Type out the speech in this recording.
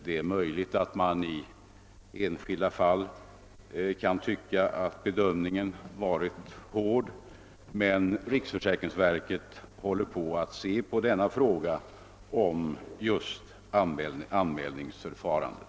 Det är möjligt att man i enskilda fall kan tycka att bedömningen varit hård. Riksförsäkringsverket håller på att titta på just frågan om anmälningsförfarandet.